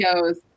goes